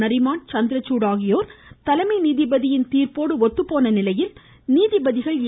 நரிமான் சந்திரசூட் ஆகியோர் தலைமை நீதிபதியின் தீர்ப்போடு ஒத்துப்போன நிலையில் நீதிபதிகள் ஏ